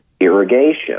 irrigation